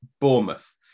Bournemouth